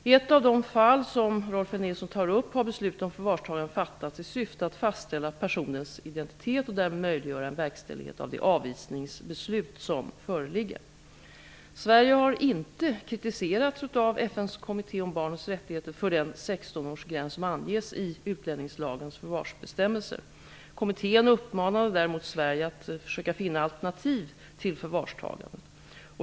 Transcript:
I ett av de fall som Rolf L Nilson tar upp har beslut om förvarstagande fattats i syfte att fastställa personens identitet och därmed möjliggöra en verkställighet av det avvisningsbeslut som föreligger. Sverige har inte kritiserats av FN:s kommitté om barnets rättigheter för den 16-årsgräns som anges i utlänningslagens förvarsbestämmelser. Kommittén uppmanade däremot Sverige att försöka finna alternativ till förvarstagandet.